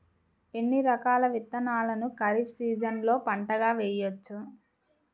ఎన్ని రకాల విత్తనాలను ఖరీఫ్ సీజన్లో పంటగా వేయచ్చు?